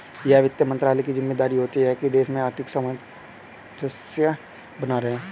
यह वित्त मंत्रालय की ज़िम्मेदारी होती है की देश में आर्थिक सामंजस्य बना रहे